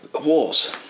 wars